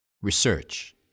Research